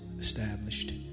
established